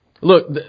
look